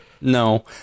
No